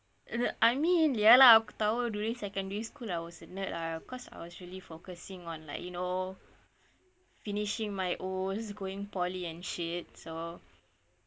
I mean ya lah aku tahu during secondary school I was a nerd lah cause I was really focusing on like you know finishing my O's going poly and shit so